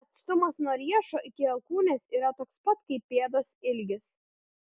atstumas nuo riešo iki alkūnės yra toks pat kaip pėdos ilgis